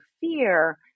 fear